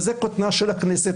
וזה קוטנה של הכנסת.